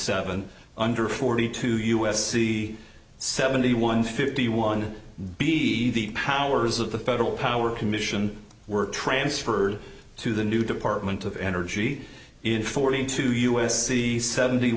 seven under forty two u s c seventy one fifty one b the powers of the federal power commission were transferred to the new department of energy in forty two us c seventy